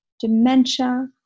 dementia